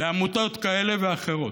לעמותות כאלה ואחרות.